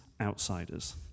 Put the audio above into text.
outsiders